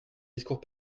discours